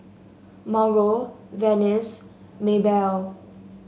Mauro Venice Maebell